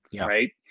right